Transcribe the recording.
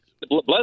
bless